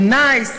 או "נייס",